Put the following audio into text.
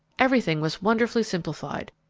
everything was wonderfully simplified.